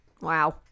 Wow